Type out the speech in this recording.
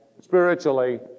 spiritually